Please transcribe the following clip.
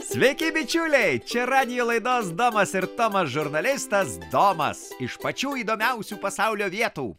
sveiki bičiuliai čia radijo laidos domas ir tomas žurnalistas domas iš pačių įdomiausių pasaulio vietų